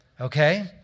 Okay